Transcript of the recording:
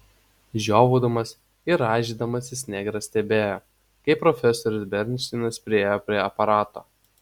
žiovaudamas ir rąžydamasis negras stebėjo kaip profesorius bernšteinas priėjo prie aparato